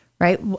right